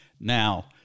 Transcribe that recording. Now